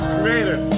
Creator